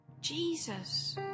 Jesus